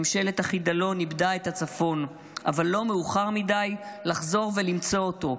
ממשלת החידלון איבדה את הצפון אבל לא מאוחר מדי לחזור ולמצוא אותו.